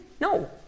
No